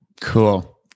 Cool